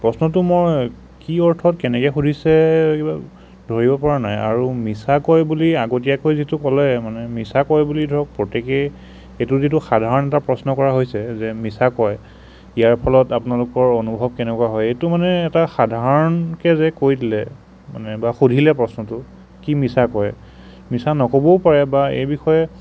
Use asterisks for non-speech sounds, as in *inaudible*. প্ৰশ্নটো মই কি অৰ্থত কেনেকৈ সুধিছে কিবা ধৰিব পৰা নাই আৰু মিছা কয় বুলি আগতীয়াকৈ যিটো ক'লে মানে মিছা কয় বুলি ধৰক প্ৰত্যেকেই এইটো *unintelligible* সাধাৰণ এটা প্ৰশ্ন কৰা হৈছে যে মিছা কয় ইয়াৰ ফলত আপোনালোকৰ অনুভৱ কেনেকুৱা হয় এইটো মানে এটা সাধাৰণকে যে কৈ দিলে মানে বা সুধিলে প্ৰশ্নটো কি মিছা কয় মিছা নক'বও পাৰে বা এই বিষয়ে